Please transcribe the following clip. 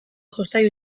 jostailu